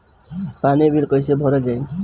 पानी बिल कइसे भरल जाई?